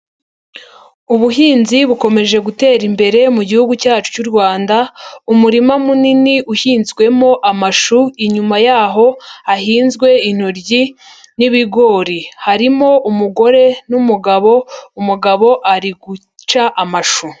Ubuhinzi bukomeje gutera imbere mu gihugu cyacu cy'u Rwanda, umurima munini uhinzwemo amashu, inyuma yaho hahinzwe intoryi n'ibigori, harimo umugore n'umugabo umugabo ari guca amashu.